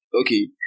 Okay